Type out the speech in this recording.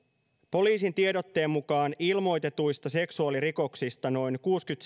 poliisin tiedotteen mukaan ilmoitetuista seksuaalirikoksista noin